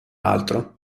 altro